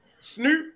Snoop